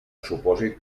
supòsit